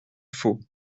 faut